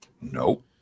Nope